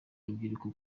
n’urubyiruko